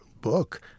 book